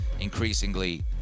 increasingly